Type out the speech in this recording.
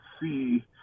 see